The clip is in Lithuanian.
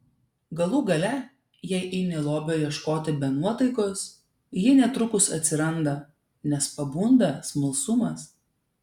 galų gale jei eini lobio ieškoti be nuotaikos ji netrukus atsiranda nes pabunda smalsumas